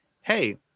hey